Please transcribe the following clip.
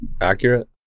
accurate